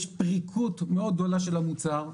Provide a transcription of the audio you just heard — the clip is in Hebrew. יש פריקות מאוד גדולה של המוצר,